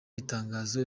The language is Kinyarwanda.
itangazo